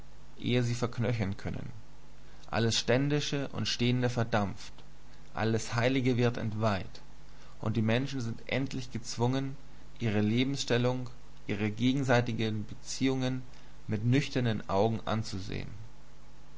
ehe sie verknöchern können alles ständische und stehende verdampft alles heilige wird entweiht und die menschen sind endlich gezwungen ihre lebensstellung ihre gegenseitigen beziehungen mit nüchternen augen anzusehen